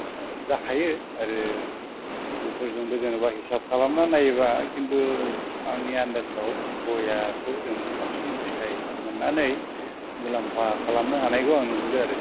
जाखायो आरो बेफोरजोंबो जेनेबा हिसाब खालामना नायोबा खिन्थु आंनि आन्दासाव गयआखौ जों साबसिन फिथाइ मोननानै मुलाम्फा खालामनो हानायखौ आं नुहुरो आरो